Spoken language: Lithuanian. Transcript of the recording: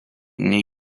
nei